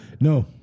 No